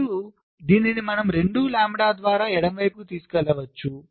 ఇప్పుడు దీన్ని మనము 2 వ లాంబ్డా ద్వారా ఎడమ వైపుకు తీసుకెళ్లొచ్చు